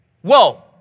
Whoa